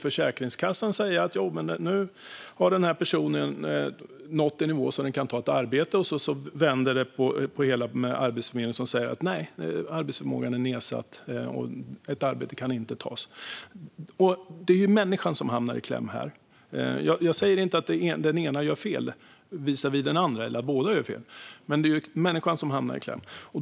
Försäkringskassan kan säga att en person har nått en sådan nivå att den kan ta ett arbete, medan Arbetsförmedlingen säger att arbetsförmågan är nedsatt och att ett arbete inte kan tas. Jag säger inte att den ena myndigheten gör fel visavi den andra eller att båda gör fel, men människan hamnar i kläm.